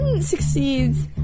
succeeds